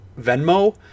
Venmo